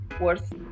worth